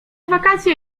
wakacje